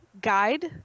guide